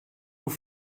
oer